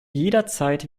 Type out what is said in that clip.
jederzeit